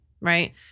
Right